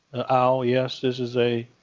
owl, yes. this is a